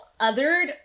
othered